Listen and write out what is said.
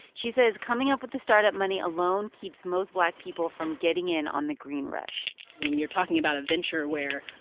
she says coming up with the startup money alone keeps most black people from getting in on the green rush when you're talking about a venture where,